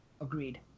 Agreed